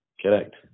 Correct